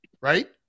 right